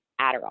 Adderall